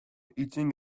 eating